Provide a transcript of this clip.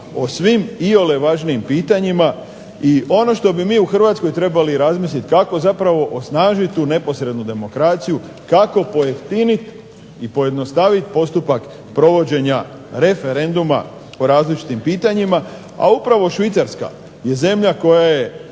o svim iole važnim pitanjima. I ono što bi mi u Hrvatskoj trebali razmisliti kako zapravo osnažiti tu neposrednu demokraciju, kako pojeftiniti i pojednostaviti postupak provođenja referenduma o različitim pitanjima, a upravo Švicarska je zemlja koja je